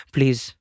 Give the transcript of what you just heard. Please